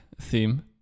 theme